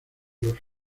los